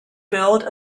build